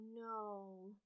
no